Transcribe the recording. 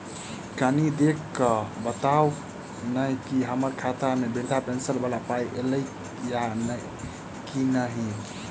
कनि देख कऽ बताऊ न की हम्मर खाता मे वृद्धा पेंशन वला पाई ऐलई आ की नहि?